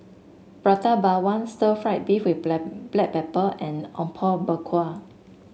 Prata Bawang Stir Fried Beef with Black Pepper and Apom Berkuah